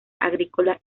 agrícola